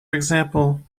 example